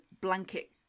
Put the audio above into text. blanket